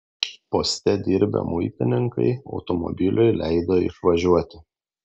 poste dirbę muitininkai automobiliui leido išvažiuoti